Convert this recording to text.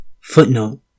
Footnote